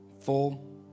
full